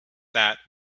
that